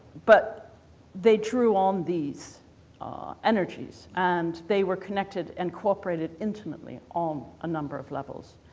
but they drew on these energies and they were connected and cooperated intimately on a number of levels.